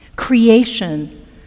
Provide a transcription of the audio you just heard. Creation